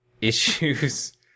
issues